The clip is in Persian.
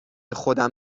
خودم